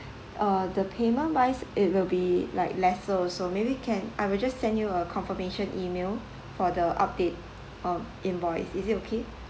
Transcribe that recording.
uh the payment wise it will be like lesser also maybe can I will just send you a confirmation email for the update um invoice is it okay